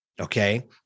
Okay